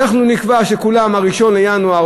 ואנחנו נקבע לכולם שב-1 בינואר,